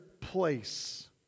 place